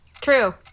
True